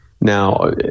Now